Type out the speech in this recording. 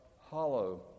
hollow